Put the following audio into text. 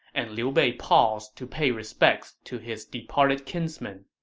and liu bei paused to pay respects to his departed kinsman